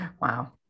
Wow